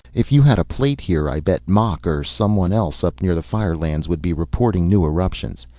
if you had a plate here i bet mach or someone else up near the firelands would be reporting new eruptions.